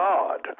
God